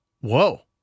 Whoa